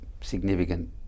significant